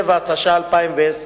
7), התש"ע 2010,